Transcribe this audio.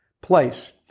place